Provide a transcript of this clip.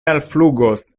alflugos